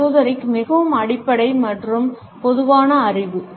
esoteric மிகவும் அடிப்படை மற்றும் பொதுவான அறிவு